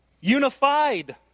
Unified